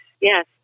yes